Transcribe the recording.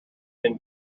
then